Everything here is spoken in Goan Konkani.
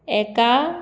एका